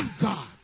God